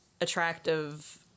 attractive